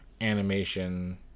animation